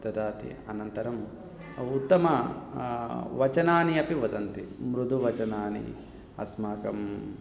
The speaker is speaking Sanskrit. ददाति अनन्तरम् उत्तमवचनानि अपि वदन्ति मृदुवचनानि अस्माकम्